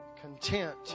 content